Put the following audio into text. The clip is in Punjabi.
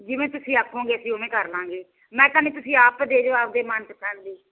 ਜਿਵੇਂ ਤੁਸੀਂ ਆਖੋਗੇ ਅਸੀਂ ਉਵੇਂ ਕਰ ਲਵਾਂਗੇ ਮੈਂ ਕਿਹਾ ਨਹੀਂ ਤੁਸੀਂ ਆਪ ਦੇ ਜੋ ਆਪਦੇ ਮਨ ਪਸੰਦ ਦੀ